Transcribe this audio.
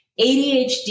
ADHD